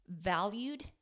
valued